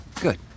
good